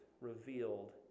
revealed